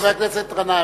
חבר הכנסת גנאים,